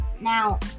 now